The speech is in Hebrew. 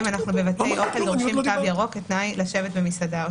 אנחנו בבתי או כל דורשים תו ירוק כתנאי לשבת במסעדה.